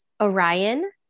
Orion